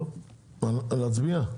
נצביע.